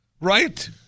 Right